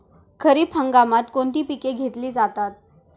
खरीप हंगामात कोणती पिके घेतली जातात?